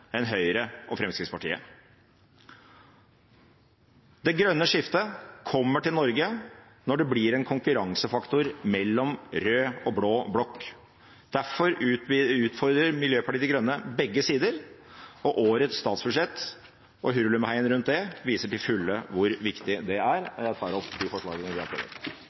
enn Høyre og Fremskrittspartiet. Det grønne skiftet kommer til Norge når det blir en konkurransefaktor mellom rød og blå blokk. Derfor utfordrer Miljøpartiet De Grønne begge sider, og årets statsbudsjett og hurlumheien rundt det viser til fulle hvor viktig det er. Jeg tar opp de forslagene vi har